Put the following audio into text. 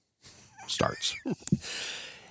starts